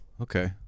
okay